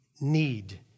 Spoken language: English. need